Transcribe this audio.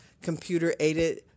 computer-aided